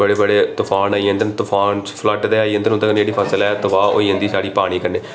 बड़े बड़े तुफान आई जंदे न तुफान च फ्लड आई जंदे न उंदे नै जेह्ड़ी फसल ऐ तबाह् होई जंदी पानी कन्नै